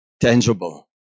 tangible